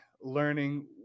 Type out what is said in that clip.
learning